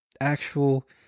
actual